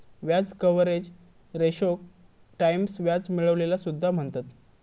व्याज कव्हरेज रेशोक टाईम्स व्याज मिळविलेला सुद्धा म्हणतत